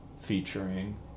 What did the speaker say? featuring